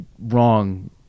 wrong